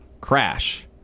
Crash